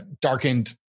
darkened